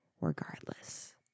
regardless